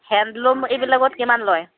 handloom এইবিলাকত কিমান লয়